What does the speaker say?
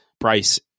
price